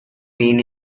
main